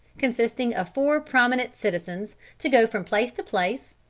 consisting of four prominent citizens, to go from place to place,